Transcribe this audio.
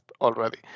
already